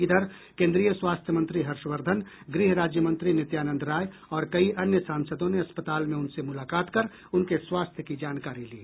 इधर केन्द्रीय स्वास्थ्य मंत्री हर्षवर्धन गृह राज्य मंत्री नित्यानंद राय और कई अन्य सांसदों ने अस्पताल में उनसे मुलाकात कर उनके स्वास्थ्य की जानकारी ली